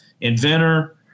inventor